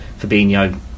Fabinho